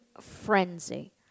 frenzy